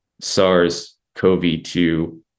SARS-CoV-2